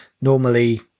normally